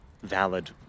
valid